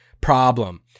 problem